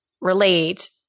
relate